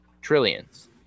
trillions